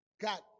got